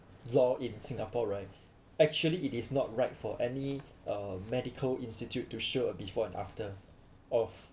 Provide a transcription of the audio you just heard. law in singapore right actually it is not right for any uh medical institute to show a before and after of